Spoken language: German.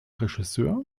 regisseur